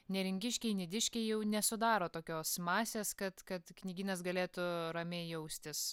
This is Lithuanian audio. neringiškiai nidiškiai jau nesudaro tokios masės kad kad knygynas galėtų ramiai jaustis